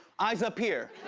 eyes up here.